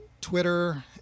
Twitter